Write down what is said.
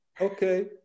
Okay